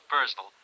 personal